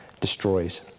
destroys